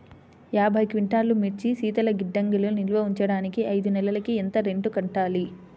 యాభై క్వింటాల్లు మిర్చి శీతల గిడ్డంగిలో నిల్వ ఉంచటానికి ఐదు నెలలకి ఎంత రెంట్ కట్టాలి?